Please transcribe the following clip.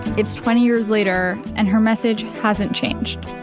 it's twenty years later, and her message hasn't changed